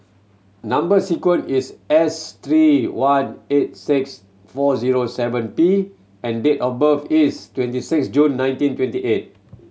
number sequence is S three one eight six four zero seven P and date of birth is twenty six June nineteen twenty eight